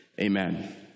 Amen